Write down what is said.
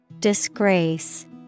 Disgrace